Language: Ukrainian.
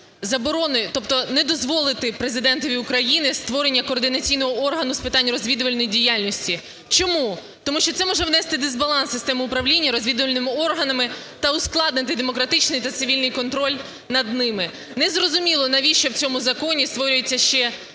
заборони, тобто не дозволити Президентові України створення координаційного органу з питань розвідувальної діяльності. Чому? Тому що це може внести дисбаланс в систему управління розвідувальними органами та ускладнити демократичний та цивільний контроль над ними. Незрозуміло, навіщо в цьому законі створюється ще додаткова